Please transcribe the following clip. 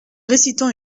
récitant